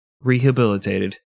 rehabilitated